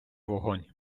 вогонь